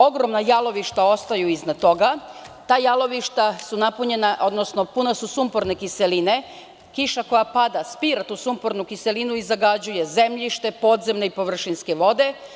Ogromna jalovišta ostaju iznad toga, ta jalovišta su puna sumporne kiseline, kiša koja spada spira tu sumpornu kiselinu i zagađuje zemljište, podzemne i površinske vode.